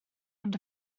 ond